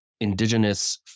indigenous